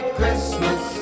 Christmas